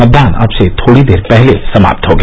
मतदान अब से थोड़ी देर पहले समाप्त हो गया